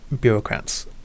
bureaucrats